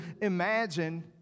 imagine